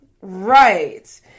Right